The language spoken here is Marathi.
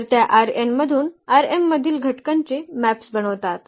तर त्या मधून मधील घटकांचे मॅप्स बनवतात